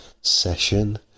session